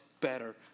better